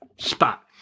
spot